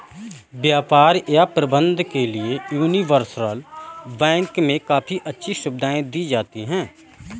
व्यापार या प्रबन्धन के लिये यूनिवर्सल बैंक मे काफी अच्छी सुविधायें दी जाती हैं